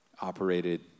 operated